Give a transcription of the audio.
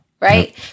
right